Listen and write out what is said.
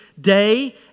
day